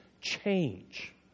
change